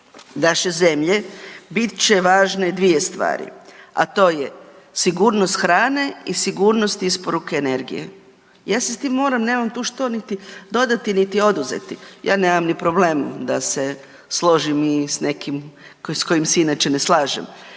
naše zemlje bit će važne dvije stvari, a to je sigurnost hrane i sigurnost isporuke energije.“. Ja se s tim moram, nemam tu što dodati niti oduzeti, ja nemam ni problem da se složim i s nekim s kojim se inače ne slažem.